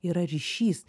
yra ryšys